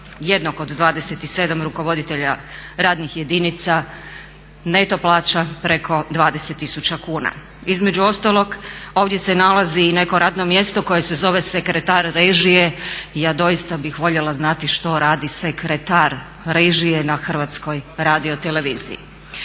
jednog od 27 rukovoditelja radnih jedinica neto plaća preko 20 tisuća kuna. Između ostalog ovdje se nalazi i neko radno mjesto koje se zove sekretar režija. Ja doista bih voljela znati što radi sekretar režije na HRT-u? S obzirom